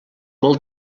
molt